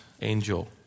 angel